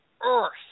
earth